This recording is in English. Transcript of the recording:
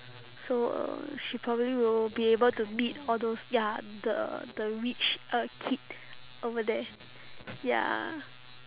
so uh she probably will be able to meet all those ya the the rich uh kid over there ya